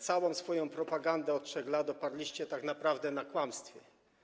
Całą swoją propagandę od 3 lat oparliście tak naprawdę na kłamstwie.